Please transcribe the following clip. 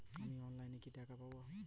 আমি অনলাইনে কিভাবে টাকা পাঠাব?